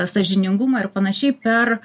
sąžiningumą ir panašiai per